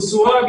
הוא סורב,